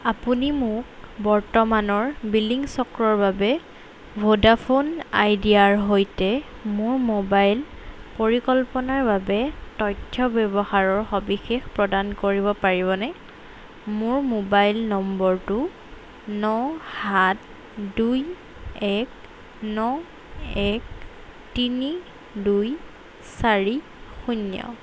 আপুনি মোক বৰ্তমানৰ বিলিং চক্ৰৰ বাবে ভোডাফোন আইডিয়াৰ সৈতে মোৰ মোবাইল পৰিকল্পনাৰ বাবে তথ্য ব্যৱহাৰৰ সবিশেষ প্ৰদান কৰিব পাৰিবনে মোৰ মোবাইল নম্বৰটো ন সাত দুই এক ন এক তিনি দুই চাৰি শূন্য